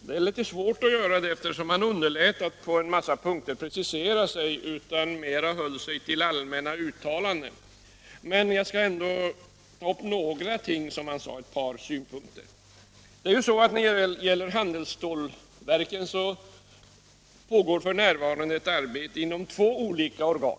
Det är emellertid litet svårt att göra det, eftersom han på en rad punkter underlät att precisera sig och höll sig till mera allmänna uttalanden. Jag skall ändå ta upp några saker och anföra en del synpunkter. När det gäller handelsstålverken pågår f. n. ett arbete inom två olika organ.